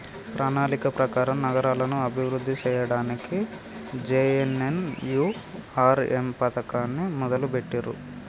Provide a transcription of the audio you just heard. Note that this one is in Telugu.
ప్రణాళిక ప్రకారం నగరాలను అభివృద్ధి సేయ్యడానికి జే.ఎన్.ఎన్.యు.ఆర్.ఎమ్ పథకాన్ని మొదలుబెట్టిర్రు